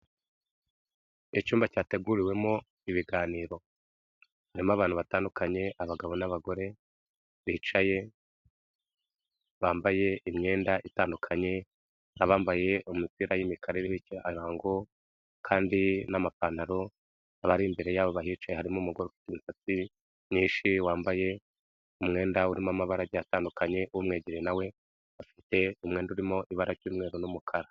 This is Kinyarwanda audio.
Icyumba cyateguriwemo ibiganiro, harimo abantu batandukanye abagabo n'abagore bicaye bambaye imyenda itandukanye n'abambaye imupira y'imikara iriho ibirango kandi n'amapantaro abari imbere yabo bahicaye harimo umugore umusatzi mwinshi wambaye umwenda urimo amabara atandukanye, umwegereye nawe afite umwenda urimo ibara ry'umweru n'umukara.